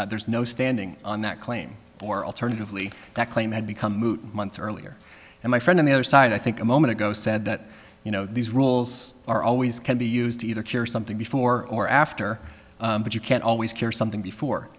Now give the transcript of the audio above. claim there is no standing on that claim or alternatively that claim had become moot months earlier and my friend on the other side i think a moment ago said that you know these rules are always can be used either cure something before or after but you can't always cure something before